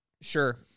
Sure